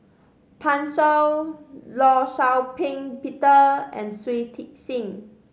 Pan Shou Law Shau Ping Peter and Shui Tit Sing